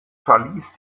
verließ